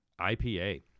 IPA